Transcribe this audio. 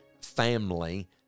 family